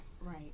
Right